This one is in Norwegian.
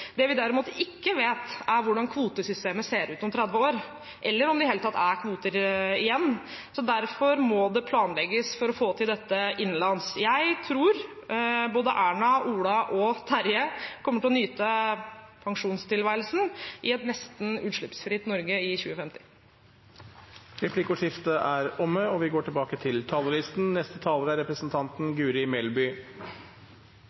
Det vi derimot ikke vet, er hvordan kvotesystemet ser ut om 30 år, eller om det i det hele tatt er kvoter igjen. Derfor må det planlegges for å få til dette innenlands. Jeg tror både Erna, Ola og Terje kommer til å nyte pensjonstilværelsen i et nesten utslippsfritt Norge i 2050. Replikkordskiftet er omme. Et av Venstres hovedærender i politikken er å sikre alle barn en trygg og